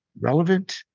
relevant